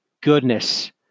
goodness